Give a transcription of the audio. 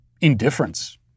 indifference